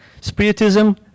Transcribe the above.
Spiritism